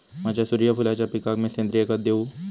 माझ्या सूर्यफुलाच्या पिकाक मी सेंद्रिय खत देवू?